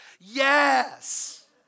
Yes